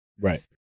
Right